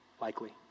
likely